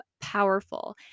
powerful